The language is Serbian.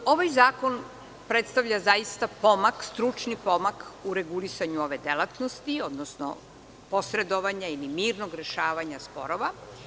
Ovaj zakon predstavlja zaista pomak, stručni pomak u regulisanju ove delatnosti, odnosno posredovanja ili mirnog rešavanja sporova.